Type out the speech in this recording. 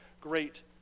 great